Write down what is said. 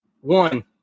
one